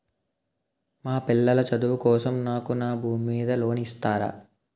మా పిల్లల చదువు కోసం నాకు నా భూమి మీద లోన్ ఇస్తారా?